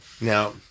Now